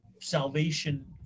salvation